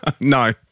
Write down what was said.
No